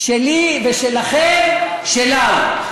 "שלי ושלכם, שלה הוא".